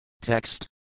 Text